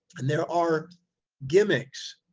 and there are gimmicks.